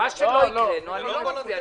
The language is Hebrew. מה שלא הקראנו, אני לא מצביע.